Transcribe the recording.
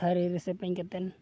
ᱛᱷᱟᱹᱨᱤ ᱨᱮ ᱥᱮᱯᱮᱧ ᱠᱟᱛᱮᱫ